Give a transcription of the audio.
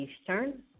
Eastern